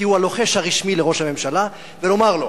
כי הוא הלוחש הרשמי לראש הממשלה, ולומר לו